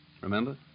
Remember